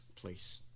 place